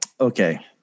Okay